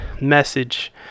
message